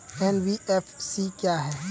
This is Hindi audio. एन.बी.एफ.सी क्या है?